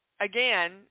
again